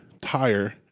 tire